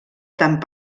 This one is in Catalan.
tant